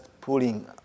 pulling